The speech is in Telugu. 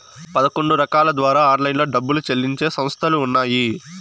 పదకొండు రకాల ద్వారా ఆన్లైన్లో డబ్బులు చెల్లించే సంస్థలు ఉన్నాయి